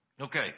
Okay